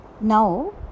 Now